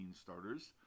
starters